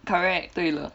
correct 对了